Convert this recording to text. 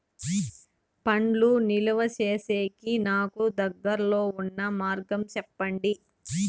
పండ్లు నిలువ సేసేకి నాకు దగ్గర్లో ఉన్న మార్గం చెప్పండి?